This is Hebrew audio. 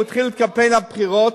הוא התחיל עם קמפיין הבחירות,